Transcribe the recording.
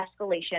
escalation